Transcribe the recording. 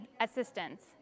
assistance